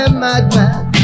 madman